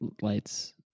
Lights